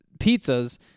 pizzas